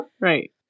Right